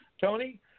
Tony